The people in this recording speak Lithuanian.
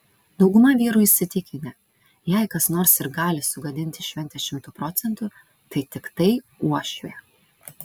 dauguma vyrų įsitikinę jei kas nors ir gali sugadinti šventę šimtu procentų tai tiktai uošvė